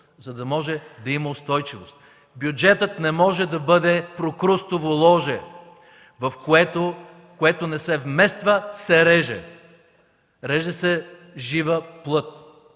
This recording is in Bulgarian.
за да може да има устойчивост. Бюджетът не може да бъде прокрустово ложе, в което това, което не се вмества, се реже – реже се жива плът,